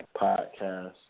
podcast